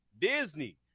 Disney